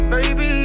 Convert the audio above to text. Baby